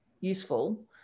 useful